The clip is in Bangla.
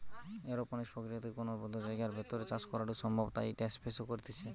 এরওপনিক্স প্রক্রিয়াতে কোনো বদ্ধ জায়গার ভেতর চাষ করাঢু সম্ভব তাই ইটা স্পেস এ করতিছে